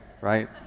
right